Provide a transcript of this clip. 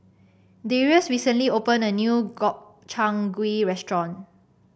Darius recently opened a new Gobchang Gui Restaurant